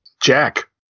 jack